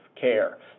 care